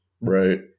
Right